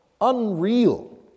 unreal